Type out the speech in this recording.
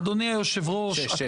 אדוני היושב ראש,